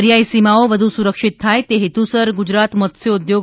દરિયાઈ સીમાઓ વધુ સુરક્ષિત થાય તે હેતુસર ગુજરાત મત્સ્યોદ્યોગ